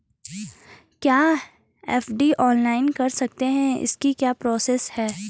क्या FD online कर सकते हैं इसकी क्या प्रोसेस है?